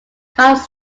carved